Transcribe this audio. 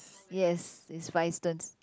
yes is five stones